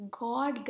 God